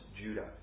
Judah